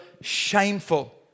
shameful